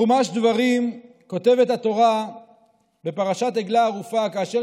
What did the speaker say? בחומש דברים כותבת התורה בפרשת עגלה ערופה: כאשר